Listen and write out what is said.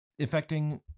affecting